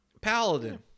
Paladin